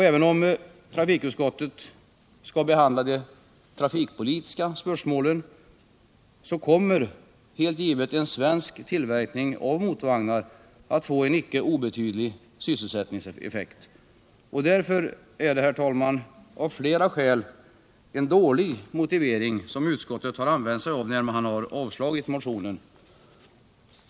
Även om trafikutskottet skall behandla de trafikpolitiska spörsmålen, så kommer helt givet en svensk tillverkning av motorvagnar att få en icke obetydlig sysselsättningseffekt. Därför är det, herr talman, av flera skäl en dålig motivering som utskottet har använt sig av när det har avstyrkt motionen.